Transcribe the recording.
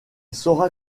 sera